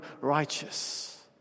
righteous